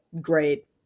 great